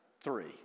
Three